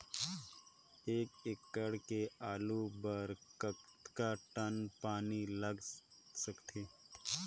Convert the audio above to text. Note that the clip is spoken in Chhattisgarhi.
एक एकड़ के आलू बर कतका टन पानी लाग सकथे?